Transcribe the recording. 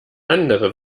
andere